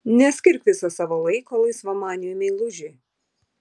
neskirk viso savo laiko laisvamaniui meilužiui